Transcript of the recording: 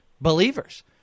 believers